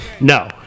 No